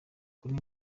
kuri